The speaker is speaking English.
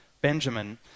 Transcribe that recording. Benjamin